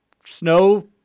snow